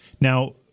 now